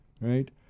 right